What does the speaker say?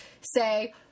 say